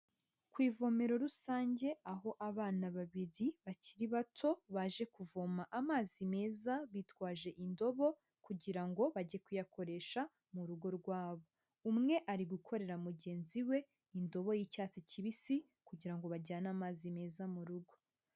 Ku ivomero rusange aho abana babiri bakiri bato baje kuvoma amazi meza bitwaje indobo kugira ngo bajye kuyakoresha mu rugo rwabo. Umwe ari gukorera mugenzi we indobo y'icyatsi kibisi kugira ngo bajyane amazi meza mu rugo.